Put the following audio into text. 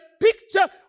picture